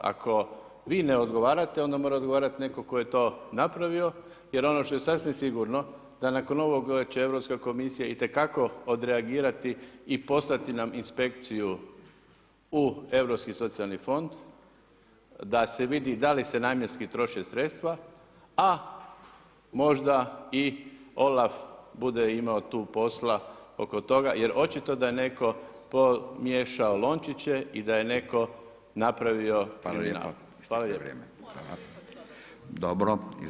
Ako vi ne odgovarate, onda mora odgovarati, onaj tko je to napravio, jer ono što je sasvim sigurno, da nakon ovog će europska komisija itekako reagirati i poslati nam inspekciju u Europski socijalni fond, da se vidi da li se namjenski troše sredstva, a možda i Olaf bude imao oko tog posla, oko toga, jer očito da je netko pomiješao lončiće i da je netko napravio kriminal.